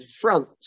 front